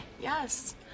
Yes